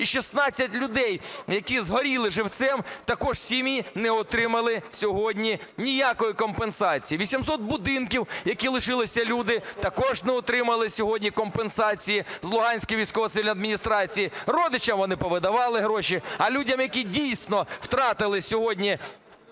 і 16 людей, які згоріли живцем, також сім'ї не отримали сьогодні ніякої компенсації? 800 будинків, яких лишились люди, також не отримали сьогодні компенсації з Луганської військової цивільної адміністрації. Родичам вони повидавали гроші, а людям, які дійсно втратили сьогодні